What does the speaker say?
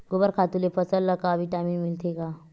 गोबर खातु ले फसल ल का विटामिन मिलथे का?